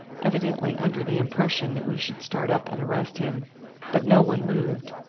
evidently under the impression that we should start up and arrest him but no one moved.